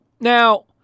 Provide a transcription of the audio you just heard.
now